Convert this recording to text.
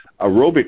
aerobic